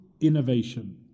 innovation